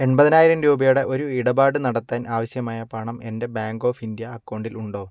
എൺപ്പതിനായിരം രൂപയുടെ ഒരു ഇടപാട് നടത്താൻ ആവശ്യമായ പണം എൻ്റെ ബാങ്ക് ഓഫ് ഇന്ത്യ അക്കൗണ്ടിൽ ഉണ്ടോ